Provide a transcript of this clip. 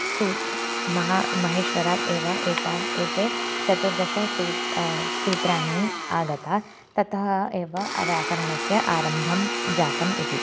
सूत्रं महा माहेश्वरात् एव एतानि एतानि चतुर्दशसूत्राणि सूत्राणि आगतानि ततः एव व्याकरणस्य आरम्भं जातम् इति